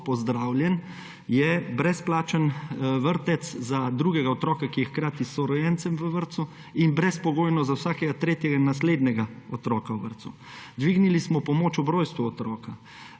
pozdravljen, je brezplačen vrtec za drugega otroka, ki je hkrati s sorojencem v vrtcu, in brezpogojno za vsakega tretjega in naslednjega otroka v vrtcu. Dvignili smo pomoč ob rojstvu otroka,